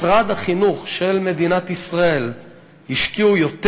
משרד החינוך של מדינת ישראל השקיע יותר